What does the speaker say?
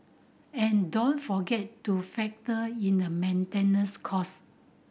and don't forget to factor in a maintenance cost